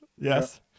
Yes